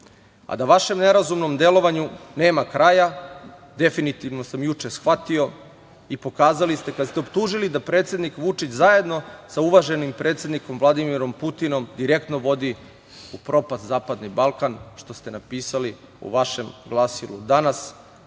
vašem nerazumnom delovanju nema kraja, definitivno sam juče shvatio i pokazali ste kada ste optužili da predsednik Vučić zajedno sa uvaženim predsednikom Vladimirom Putinom direktno vodi u propast zapadni Balkan, što ste napisali u vašem glasilu „Danas“